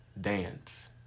Dance